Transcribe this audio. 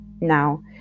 now